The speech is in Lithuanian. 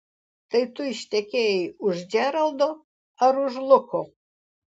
tai tu ištekėjai už džeraldo ar už luko